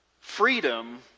freedom